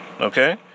Okay